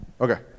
Okay